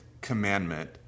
commandment